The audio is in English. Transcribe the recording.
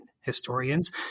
historians